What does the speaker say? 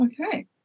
Okay